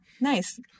Nice